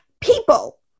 People